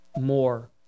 more